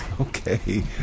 Okay